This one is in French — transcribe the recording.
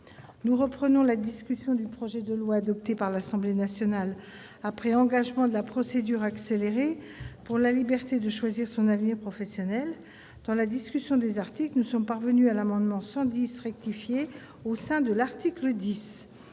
Nous reprenons la discussion du projet de loi, adopté par l'Assemblée nationale après engagement de la procédure accélérée, pour la liberté de choisir son avenir professionnel. Dans la discussion du texte de la commission, nous poursuivons l'examen de l'article 10.